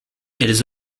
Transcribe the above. elles